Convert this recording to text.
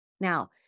Now